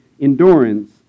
endurance